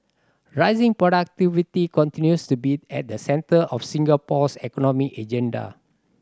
raising productivity continues to be at the centre of Singapore's economic agenda